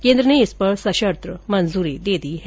केन्द्र ने इस पर सशर्त मंजूरी दे दी है